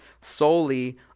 solely